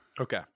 Okay